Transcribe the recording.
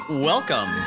Welcome